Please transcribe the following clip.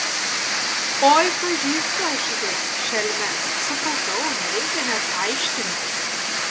oi pažįstu aš jus šelmes supratau nereikia net aiškinti